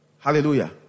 Hallelujah